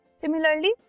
Similarly